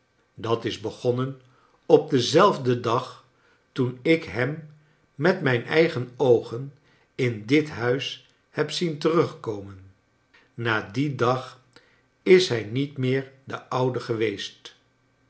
dat is begonnen op denzelfden dag toen ik hem met mij n eigen oogen in dit huis lieb zien terugkomen na dien dag is hij niet meer de oude geweest